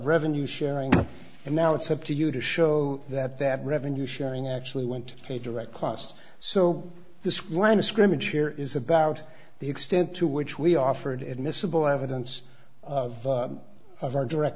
revenue sharing and now it's up to you to show that that revenue sharing actually went to a direct cost so this one a scrimmage here is about the extent to which we offered it miscible evidence of our direct